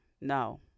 No